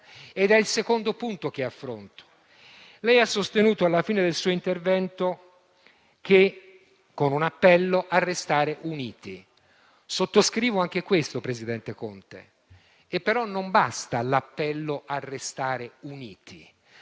ed è il secondo punto che affronto. Lei ha pronunciato, alla fine del suo intervento, un appello a restare uniti. Sottoscrivo anche questo, presidente Conte, ma non basta l'appello a restare uniti.